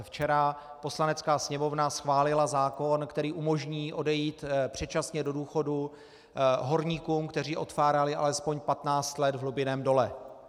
Včera Poslanecká sněmovna schválila zákon, který umožní odejít předčasně do důchodu horníkům, kteří odfárali alespoň patnáct let v hlubinném dole.